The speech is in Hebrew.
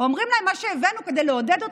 אומרים להם: מה שהבאנו כדי לעודד אתכם,